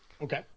Okay